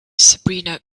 sabrina